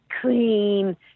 clean